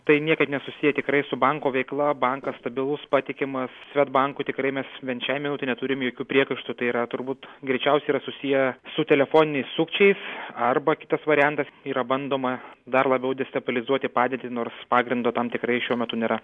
tai niekaip nesusiję tikrai su banko veikla bankas stabilus patikimas svedbank tikrai mes bent šiai minutei neturim jokių priekaištų tai yra turbūt greičiausiai yra susiję su telefoniniais sukčiais arba kitas variantas yra bandoma dar labiau destabilizuoti padėtį nors pagrindo tam tikrai šiuo metu nėra